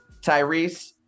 Tyrese